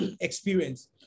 experience